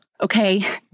Okay